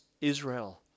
Israel